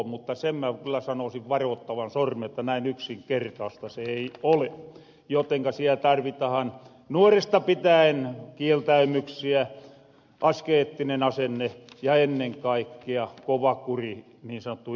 mutta sen mä kyllä sanoosin varottavan sormen että näin yksinkertaasta se ei ole jotenka siel tarvitahan nuoresta pitäen kieltäymyksiä askeettinen asenne ja ennen kaikkea kova kuri niin sanottu itsekuri